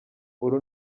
uru